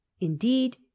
indeed